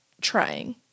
trying